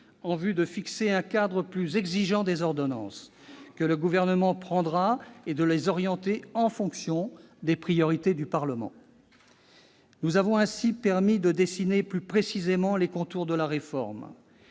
en vue de fixer un cadre plus exigeant pour les ordonnances que le Gouvernement prendra et de les orienter en fonction des priorités du Parlement. Nous avons ainsi permis de dessiner plus précisément les contours de la réforme